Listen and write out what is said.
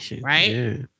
right